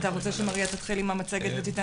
אתה רוצה שמריה תתחיל עם המצגת ותיתן